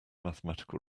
mathematical